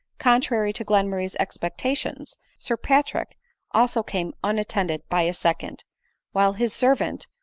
contrary to glenmurray's expectations, sir patrick also came unattended by a second while his servant,